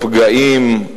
הפגעים,